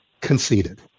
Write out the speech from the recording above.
conceded